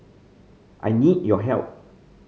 I need your help